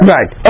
Right